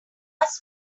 fast